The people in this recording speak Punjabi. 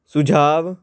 ਸੁਝਾਅ